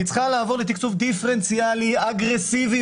הממשלה צריכה לעבור לתקצוב דיפרנציאלי אגרסיבי.